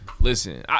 Listen